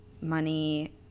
money